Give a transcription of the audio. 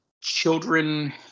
children